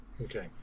Okay